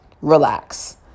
Relax